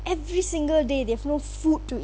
every single day they have no food to